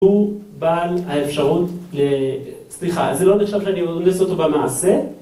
‫הוא בעל האפשרות... סליחה, ‫זה לא נחשב שאני אונס אותו במעשה.